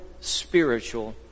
spiritual